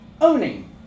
owning